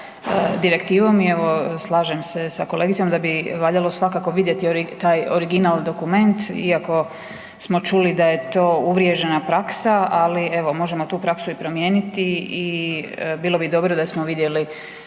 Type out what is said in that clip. i evo slažem se sa kolegicom, da bi valjalo svakako vidjeti taj original dokument iako smo čuli da je to uvriježena praksa ali evo, možemo i tu praksu i promijeniti i bilo bi dobro da smo vidjeli